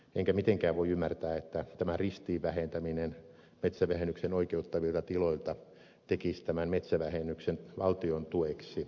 enkä mitenkään voi ymmärtää että tämä ristiin vähentäminen metsävähennykseen oikeuttavilta tiloilta tekisi tämän metsävähennyksen valtiontueksi